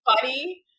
funny